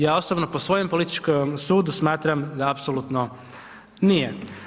Ja osobno po svojem političkom sudu smatram da apsolutno nije.